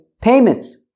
payments